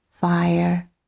fire